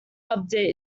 update